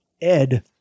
Ed